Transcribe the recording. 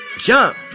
jump